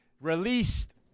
released